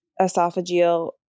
esophageal